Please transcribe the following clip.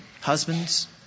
Husbands